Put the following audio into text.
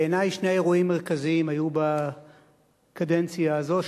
בעיני, שני אירועים מרכזיים היו בקדנציה הזאת.